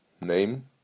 name